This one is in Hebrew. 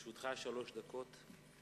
לרשותך שלוש דקות.